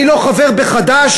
אני לא חבר בחד"ש,